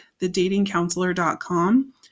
thedatingcounselor.com